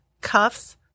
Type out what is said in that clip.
cuffs